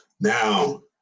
Now